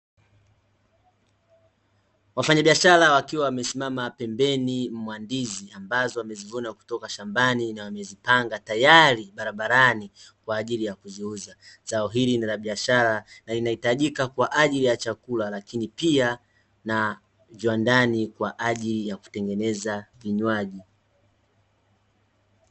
Wafanyabiashara wakiwa wamesimama pembeni mwa ndizi ambazo wamezivuna kutoka shambani na wamezipanga tayari barabarani, kwa ajili ya kuziuza, zao hili ni la biashara na linahitajika kwa ajili ya chakula , lakini pia na viwandani kwa ajili ya kutengeneza vinywajili.